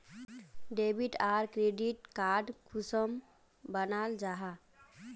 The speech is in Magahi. डेबिट आर क्रेडिट कार्ड कुंसम बनाल जाहा?